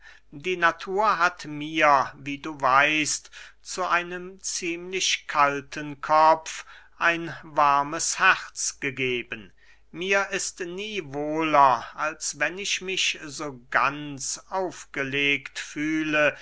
die natur hat mir wie du weißt zu einem ziemlich kalten kopf ein warmes herz gegeben mir ist nie wohler als wenn ich mich so ganz aufgelegt fühle